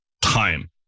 time